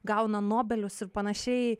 gauna nobelius ir panašiai